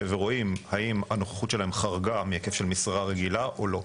ורואים האם הנוכחות שלהם חרגה מהיקף של משרה רגילה או לא.